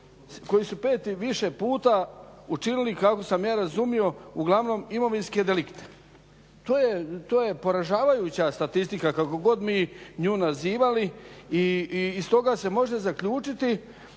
koji su pet i više puta učinili kako sam ja razumio uglavnom imovinske delikte. To je poražavajuća statistika kako god mi nju nazivali i iz toga se može zaključiti